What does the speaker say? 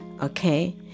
okay